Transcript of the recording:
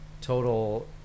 total